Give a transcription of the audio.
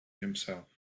himself